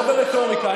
לא ברטוריקה.